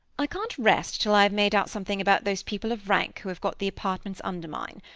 i can't rest till i have made out something about those people of rank who have got the apartments under mine.